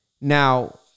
Now